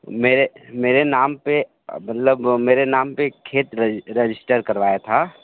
मेरे मेरे नाम पे मतलब मेरे नाम पे खेत रजी रजिस्टर करवाया था